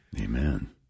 Amen